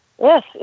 Yes